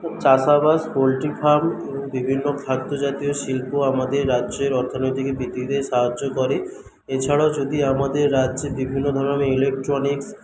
চাষ বাস poultry farm এবং বিভিন্ন খাদ্যজাতীয় শিল্প আমাদের রাজ্যের অর্থনৈতিক বৃদ্ধিতে সাহায্য করে এছাড়াও যদি আমাদের রাজ্যে বিভিন্ন ধরনের ইলেকট্রনিক্স